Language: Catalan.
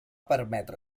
permetre